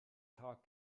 tag